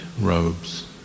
robes